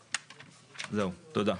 תודה.